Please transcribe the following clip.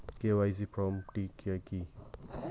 KYC form টা কি?